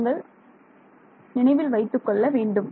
நீங்கள் நினைவில் வைத்துக் கொள்ள வேண்டும்